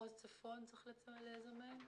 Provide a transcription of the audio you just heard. מחוז צפון צריך לזמן.